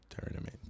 Tournament